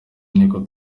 niko